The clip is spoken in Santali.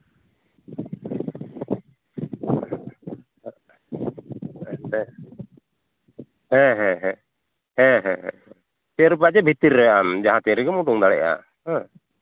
ᱦᱮᱸ ᱦᱮᱸ ᱦᱮᱸ ᱦᱮᱸ ᱦᱮᱸ ᱦᱮᱸ ᱦᱮᱸ ᱪᱟᱹᱨ ᱵᱟᱡᱮ ᱵᱷᱤᱛᱤᱨ ᱨᱮ ᱟᱢ ᱡᱟᱦᱟᱸ ᱛᱤᱱ ᱨᱮᱜᱮᱢ ᱩᱰᱩᱠ ᱫᱟᱲᱮᱭᱟᱜᱼᱟ ᱦᱮᱸ